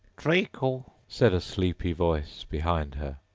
treacle, said a sleepy voice behind her.